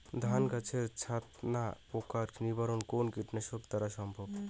ধান গাছের ছাতনা পোকার নিবারণ কোন কীটনাশক দ্বারা সম্ভব?